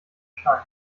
stein